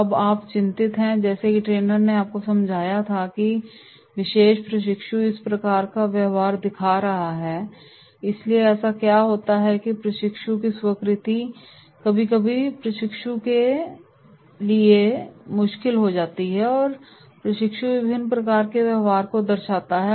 अब आप चिंतित हैं जैसा कि ट्रेनर ने आपको समझा था कि यह विशेष प्रशिक्षु इस प्रकार का व्यवहार दिखा रहा है इसलिए ऐसा क्या होता है कि प्रशिक्षकों की स्वीकृति कभी कभी प्रशिक्षु के लिए मुश्किल हो जाती है और प्रशिक्षु विभिन्न प्रकार के व्यवहार को दर्शाता है